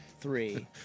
three